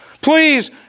Please